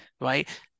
right